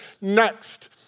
Next